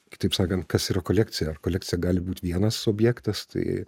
kitaip sakant kas yra kolekcija ar kolekcija gali būti vienas objektas tai